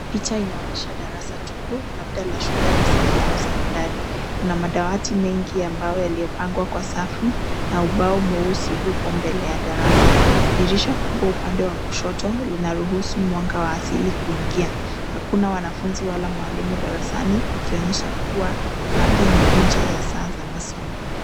Picha inaonesha darasa tu labda ya shule ya msingi au sekondari. Kuna madawati mengi ambayo yaliyopangwa kwa safu na ubao mweusi upo mbele ya darasa. Dirisha kubwa upande wa kushoto linaruhusu mwanga wa asili kuingia hakuna wanafunzi wala mwalimu ikionyesha kuwa labda ni nje ya saa za masomo.